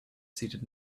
seated